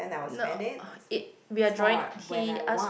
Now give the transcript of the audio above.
no it we are drawing he ask